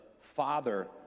Father